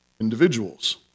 individuals